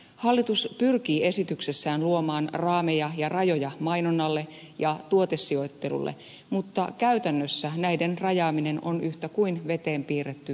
hallitus pyrkii esityksessään luomaan raameja ja rajoja mainonnalle ja tuotesijoittelulle mutta käytännössä näiden rajaaminen on yhtä kuin veteen piirretty viiva